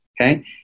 Okay